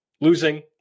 losing